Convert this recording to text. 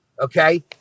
Okay